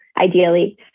ideally